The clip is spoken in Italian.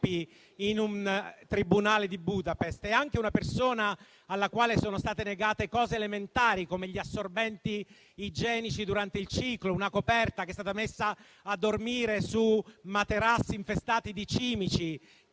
in un tribunale di Budapest: è anche una persona alla quale sono state negate cose elementari, come gli assorbenti igienici durante il ciclo, una coperta; è stata messa a dormire su materassi infestati di cimici;